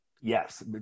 yes